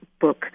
book